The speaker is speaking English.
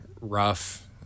rough